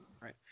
Right